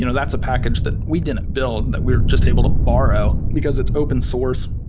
you know that's a package that we didn't build, that we are just able to borrow, because it's open source.